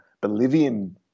Bolivian